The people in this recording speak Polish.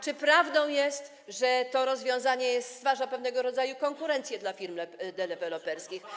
Czy prawdą jest, że to rozwiązanie stwarza pewnego rodzaju konkurencję dla firm deweloperskich?